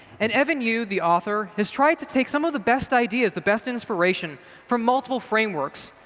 and evan you, the author, has tried to take some of the best ideas, the best inspiration from multiple frameworks.